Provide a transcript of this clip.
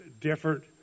different